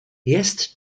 jest